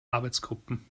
arbeitsgruppen